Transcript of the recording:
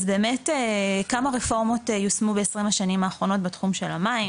אז באמת כמה רפורמות יושמו ב-20 השנים האחרונות בתחום של המים,